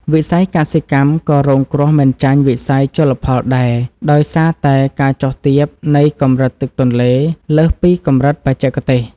វិស័យកសិកម្មក៏រងគ្រោះមិនចាញ់វិស័យជលផលដែរដោយសារតែការចុះទាបនៃកម្រិតទឹកទន្លេលើសពីកម្រិតបច្ចេកទេស។